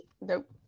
Nope